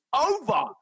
over